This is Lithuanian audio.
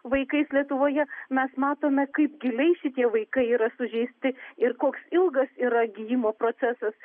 vaikais lietuvoje mes matome kaip giliai šitie vaikai yra sužeisti ir koks ilgas yra gijimo procesas